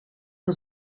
dan